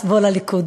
אז בוא לליכוד,